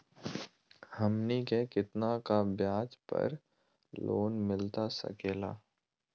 हमनी के कितना का ब्याज पर लोन मिलता सकेला?